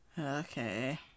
okay